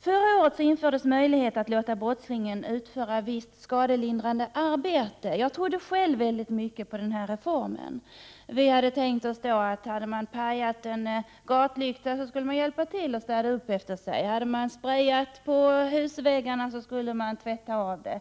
Förra året infördes möjlighet att låta brottslingar utföra ett visst skadelindrande arbete. Jag trodde själv väldigt mycket på den reformen. Det var tänkt som så att hade man slagit sönder en gatlykta skulle man hjälpa till att städa upp efter sig. Hade man sprejat på husväggarna skulle man tvätta av det.